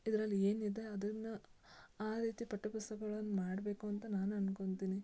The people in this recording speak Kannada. ಇದ್ರಲ್ಲಿ ಏನು ಇದೆ ಅದನ್ನು ಆ ರೀತಿ ಪಠ್ಯಪುಸ್ತಕಗಳನ್ನು ಮಾಡಬೇಕು ಅಂತ ನಾನು ಅನ್ಕೊತಿನಿ